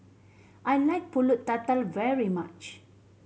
I like Pulut Tatal very much